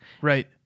Right